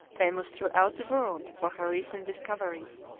famous throughout the world for her recent discoveries,